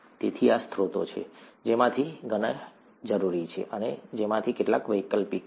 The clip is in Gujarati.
તેથી આ સ્ત્રોતો છે જેમાંથી ઘણા જરૂરી છે અને જેમાંથી કેટલાક વૈકલ્પિક છે